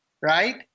right